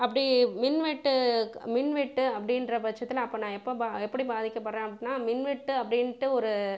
அப்படி மின்வெட்டு மின்வெட்டு அப்படின்ற பட்சத்துல அப்போ நான் எப்போ நான் எப்படி பாதிக்கப்படுகிறேன் அப்படினா மின்வெட்டு அப்படின்ட்டு ஒரு